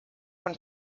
von